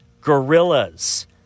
gorillas